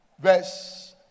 verse